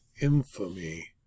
infamy